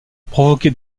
provoqué